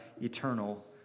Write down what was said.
eternal